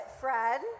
Fred